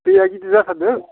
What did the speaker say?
दैया गिदिर जाथारदों